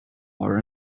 are